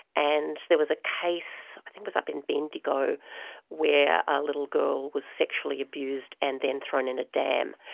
and there was a case, i think it was up in bendigo where a little girl was sexually abused and then thrown in a dam,